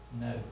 No